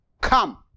come